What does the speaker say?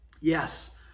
Yes